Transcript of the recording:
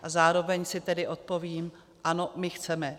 A zároveň si odpovím: Ano, my chceme!